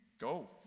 Go